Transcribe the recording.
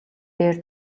дээр